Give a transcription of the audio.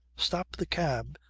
stop the cab.